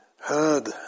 heard